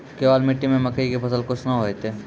केवाल मिट्टी मे मकई के फ़सल कैसनौ होईतै?